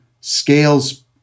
scales